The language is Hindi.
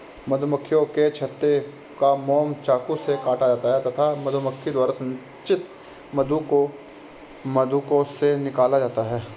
मधुमक्खियों के छत्ते का मोम चाकू से काटा जाता है तथा मधुमक्खी द्वारा संचित मधु को मधुकोश से निकाला जाता है